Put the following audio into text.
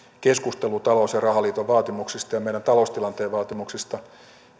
keskustelu talous ja rahaliiton vaatimuksista ja meidän taloustilanteemme vaatimuksista